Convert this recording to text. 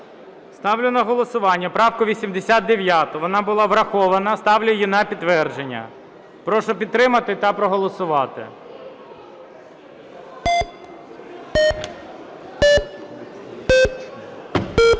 Ставлю на голосування правку 89, вона була врахована. Ставлю її на підтвердження. Прошу підтримати та проголосувати.